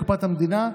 לקופת המדינה,